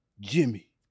Jimmy